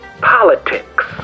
Politics